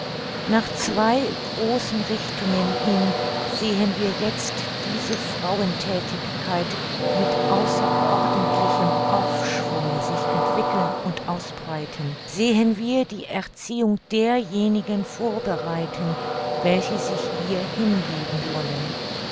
nach zwei großen richtungen hin sehen wir jetzt diese frauenthätigkeit mit außerordentlichem aufschwunge sich entwickeln und ausbreiten sehen wir die erziehung derjenigen vorbereiten welche sich ihr hingeben wollen